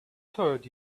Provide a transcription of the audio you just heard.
third